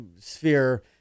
sphere